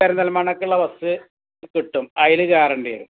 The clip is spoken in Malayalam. പെരന്തൽമണ്ണയ്ക്ക്ള്ള ബെസ്സ് കിട്ടും അതിൽ കയറേണ്ടി വരും